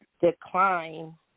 decline